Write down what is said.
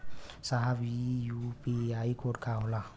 साहब इ UPI code का होला?